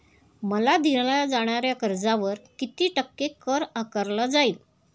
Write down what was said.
मला दिल्या जाणाऱ्या कर्जावर किती टक्के कर आकारला जाईल?